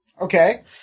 okay